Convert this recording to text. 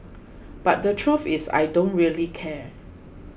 but the truth is I don't really care